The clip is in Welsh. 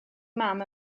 mam